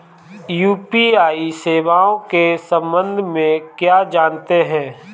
UPI सेवाओं के संबंध में क्या जानते हैं?